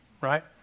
right